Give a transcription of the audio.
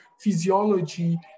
physiology